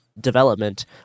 development